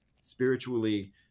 spiritually